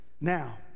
now